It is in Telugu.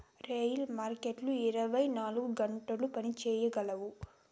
గెయిన్ మార్కెట్లు ఇరవై నాలుగు గంటలు పని చేయగలవు